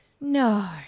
No